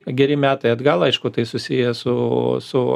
geri metai atgal aišku tai susiję su su